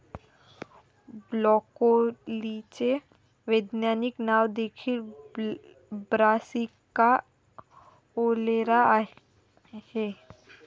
ब्रोकोलीचे वैज्ञानिक नाव देखील ब्रासिका ओलेरा आहे